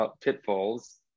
pitfalls